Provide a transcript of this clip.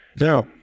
Now